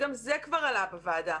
שגם זה כבר עלה בוועדה.